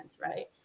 right